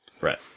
Right